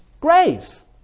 grave